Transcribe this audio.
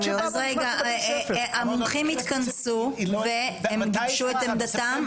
המומחים התכנסו והם גיבשו את עמדתם?